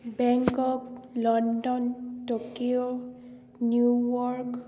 Bangkok London Tokyo New York